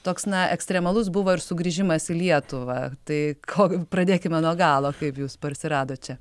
toks na ekstremalus buvo ir sugrįžimas į lietuvą tai ko pradėkime nuo galo kaip jūs parsiradot čia